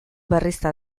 berrizta